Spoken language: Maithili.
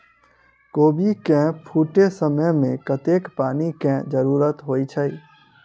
कोबी केँ फूटे समय मे कतेक पानि केँ जरूरत होइ छै?